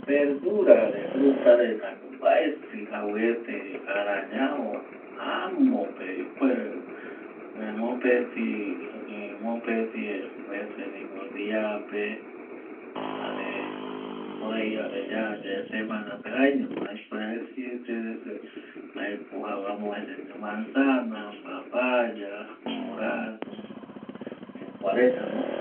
Verdura jare frutareta mbaeti jaureta ara ñavo amope ipuere ˂hesitation˃ mopeti vece por dia pe jare jukurei yara yae semana pe jaeñoma siete vece jaeko jau amovesepe mbapaya, manzana jare durazno jokua reta no.